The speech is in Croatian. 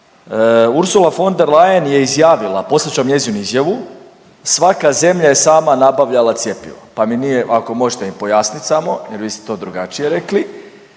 Ursula von der Leyen je izjavila, poslat ću vam njezinu izjavu, svaka zemlja je sama nabavljala cjepivo, pa mi nije, ako možete mi pojasnit samo jer vi ste to drugačije rekli